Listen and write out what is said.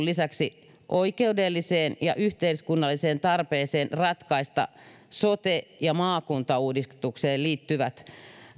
lisäksi oikeudelliseen ja yhteiskunnalliseen tarpeeseen ratkaista sote ja maakuntauudistukseen liittyvät